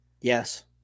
Yes